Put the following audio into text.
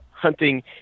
hunting